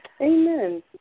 Amen